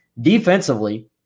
defensively